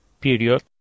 period